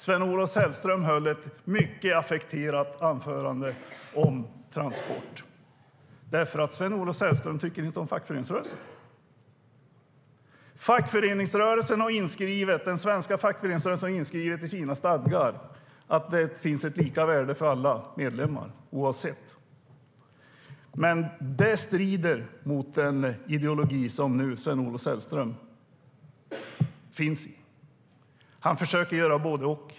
Sven-Olof Sällström höll ett mycket affekterat anförande om Transport eftersom Sven-Olof Sällström inte tycker om fackföreningsrörelsen. Den svenska fackföreningsrörelsen har inskrivet i sina stadgar att alla medlemmar har ett lika värde. Men det strider mot den ideologi som Sven-Olof Sällström är en del av. Han försöker göra både och.